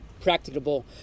practicable